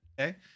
Okay